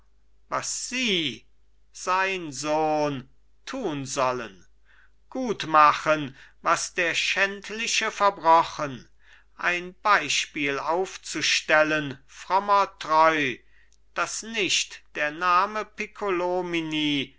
was sie sein sohn tun sollen gutmachen was der schändliche verbrochen ein beispiel aufzustellen frommer treu daß nicht der name